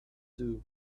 too